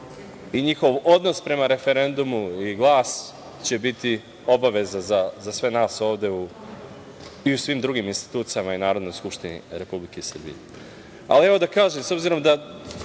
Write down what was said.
i njihov odnos prema referendumu i glas će biti obaveza za sve nas ovde i u svim drugim institucijama i Narodnoj skupštini Republike Srbije. Da kažem, s obzirom da